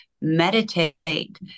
meditate